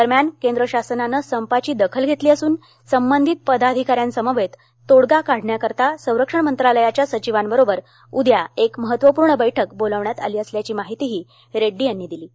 दरम्यान केंद्र शासनानं संपाची दखल घेतली असून संबधित पदाधिकाऱ्यांसमवेत तोडगा काढण्याकरीता संरक्षण मंत्रालयाच्या सचिवांबरोबर उद्या एक महत्त्वपूर्ण बैठक बोलवण्यात आली असल्याची माहितीही रेड्डी यांनी दिली आहे